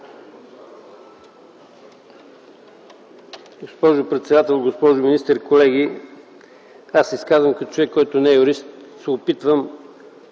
Госпожо председател, госпожо министър, колеги! Изказвам се като човек, който не е юрист. Опитвам